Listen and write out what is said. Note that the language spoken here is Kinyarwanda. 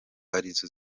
arizo